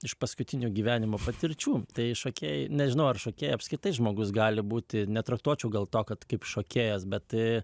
iš paskutinių gyvenimo patirčių tai šokėjai nežinau ar šokėjai apskritai žmogus gali būti netraktuočiau gal to kad kaip šokėjas bet